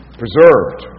preserved